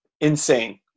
insane